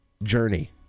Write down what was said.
journey